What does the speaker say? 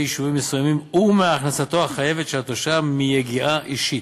יישובים מסוימים הוא מהכנסתו החייבת של התושב מיגיעה אישית.